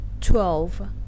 twelve